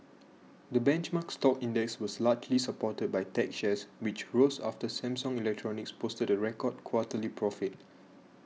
the benchmark stock index was largely supported by tech shares which rose after Samsung Electronics posted a record quarterly profit